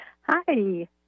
Hi